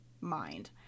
mind